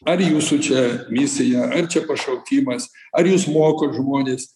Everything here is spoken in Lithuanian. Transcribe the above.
ar jūsų čia misija ar čia pašaukimas ar jūs mokot žmones